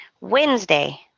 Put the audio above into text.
Wednesday